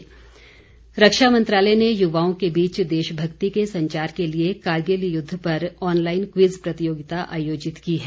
quiz प्रतियोगिता रक्षा मंत्रालय ने युवाओं के बीच देशभक्ति के संचार के लिए करगिल युद्ध पर ऑनलाइन क्विज प्रतियोगिता आयोजित की है